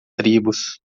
tribos